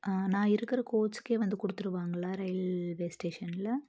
நான் இருக்கிற கோச்சிக்கே வந்து கொடுத்துடுவாங்களா ரயில்வே ஸ்டேஷனில்